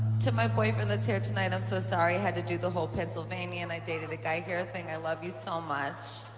to my boyfriend that's here tonight, i'm so sorry i had to do the whole pennsylvania and i dated a guy here thing, i love you so much.